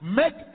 make